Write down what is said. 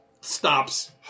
stops